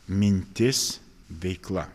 mintis veikla